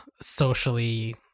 socially